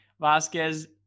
Vasquez